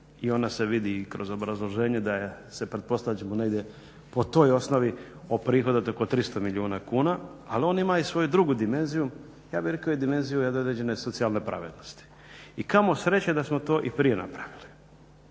i ona se vidi i kroz obrazloženje da se pretpostavlja da ćemo negdje po toj osnovi oprihodovati oko 300 milijuna kuna ali on ima i svoju drugu dimenziju, ja bih rekao i dimenziju jedne određene socijalne pravednosti. I kamo sreće da smo to i prije napravili.